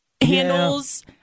handles